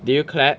did you clap